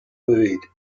buried